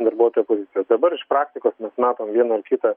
darbuotojo poziciją dabar iš praktikos matom vieną ar kitą